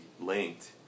linked